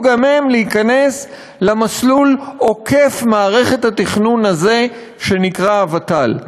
גם הם להיכנס למסלול עוקף מערכת התכנון הזה שנקרא הוות"ל.